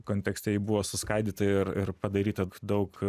kontekste ji buvo suskaidyta ir ir padaryta daug